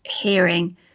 hearing